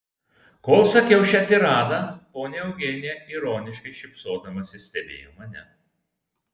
kol sakiau šią tiradą ponia eugenija ironiškai šypsodamasi stebėjo mane